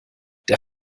der